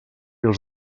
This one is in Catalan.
els